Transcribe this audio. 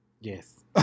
Yes